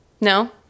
No